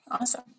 awesome